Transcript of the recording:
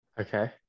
Okay